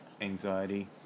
anxiety